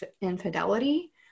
infidelity